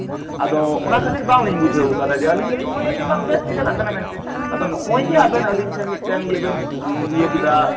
ᱟᱫᱚ ᱚᱱᱟ ᱠᱷᱟᱹᱛᱤᱨ ᱵᱟᱝ ᱞᱤᱧ ᱵᱩᱡᱷᱟᱹᱣ ᱠᱟᱫᱟ ᱟᱞᱤᱧ ᱫᱚᱞᱤᱧ ᱢᱚᱱᱮᱭᱟ ᱡᱮ ᱵᱟᱝ ᱵᱮᱥ ᱜᱮ ᱪᱟᱞᱟᱜ ᱠᱟᱱᱟ ᱢᱮᱱᱛᱮ ᱟᱫᱚ ᱱᱚᱜᱼᱚᱭ ᱡᱮ ᱟᱵᱮᱱ ᱟᱞᱤᱧ ᱴᱷᱮᱱ ᱢᱤᱫᱴᱮᱱ ᱤᱭᱟᱹ ᱵᱮᱱ ᱤᱭᱟᱹ ᱠᱮᱫᱟ